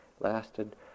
lasted